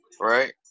right